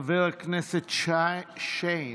חבר הכנסת שיין.